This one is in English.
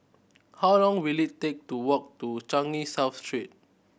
how long will it take to walk to Changi South Street